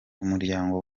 umuryango